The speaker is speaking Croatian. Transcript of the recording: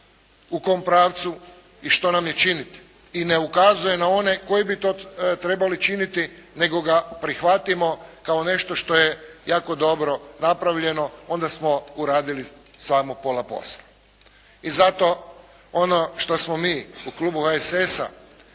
u kom pravcu i što nam je činiti i ne ukazuje na one koji bi to trebali činiti nego ga prihvatimo kao nešto što je jako dobro napravljeno onda smo uradili samo pola posla. I zato ono što smo mi u klubu HSS-a